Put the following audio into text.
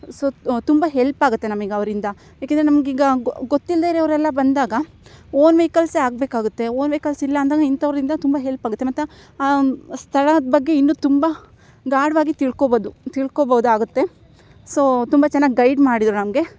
so ತುಂಬ help ಆಗತ್ತೆ ನಮಗೆ ಅವರಿಂದ ಯಾಕೆಂದರೆ ನಮಗೀಗ ಗೊತ್ತಿಲ್ಲದೇ ಇರೋವರೆಲ್ಲ ಬಂದಾಗ ವೋನ್ ವೆಯ್ಕಲ್ಸೇ ಆಗಬೇಕಾಗತ್ತೆ ವೋನ್ ವೆಯ್ಕಲ್ಸ್ ಇಲ್ಲಾಂದಾಗ ಇಂಥವರಿಂದ ತುಂಬ ಹೆಲ್ಪ್ ಆಗುತ್ತೆ ಮತ್ತುಆ ಸ್ಥಳದ ಬಗ್ಗೆ ಇನ್ನೂ ತುಂಬ ಗಾಢವಾಗಿ ತಿಳ್ಕೋಬೋದು ತಿಳ್ಕೋಬೋದಾಗುತ್ತೆ ಸೊ ತುಂಬ ಚೆನ್ನಾಗಿ ಗೈಡ್ ಮಾಡಿದರು ನಮಗೆ